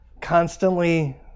constantly